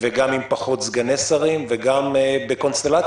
גם עם פחות סגני שרים וגם בקונסטלציה